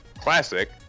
Classic